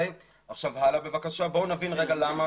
נבין למה